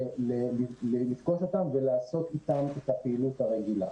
לעשות את הפעילות הרגילה.